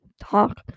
talk